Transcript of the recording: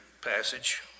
passage